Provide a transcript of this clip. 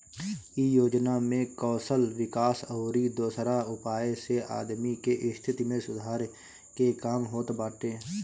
इ योजना में कौशल विकास अउरी दोसरा उपाय से आदमी के स्थिति में सुधार के काम होत बाटे